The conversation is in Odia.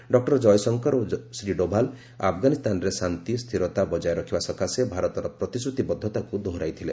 ଡକ୍ଟର କୟଶଙ୍କର ଓ ଶ୍ରୀ ଡୋଭାଲ୍ ଆଫଗାନିସ୍ତାନରେ ଶାନ୍ତି ସ୍ଥିରତା ବଜାୟ ରଖିବା ସକାଶେ ଭାରତର ପ୍ରତିଶ୍ରତିବଦ୍ଧତାକୁ ଦୋହରାଇଥିଲେ